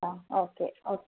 ആ okay okay